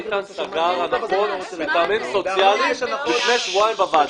ביטן סגר הנחות במים מטעמים סוציאליים לפני שבועיים בוועדה.